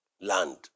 land